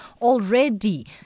already